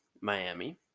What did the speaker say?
Miami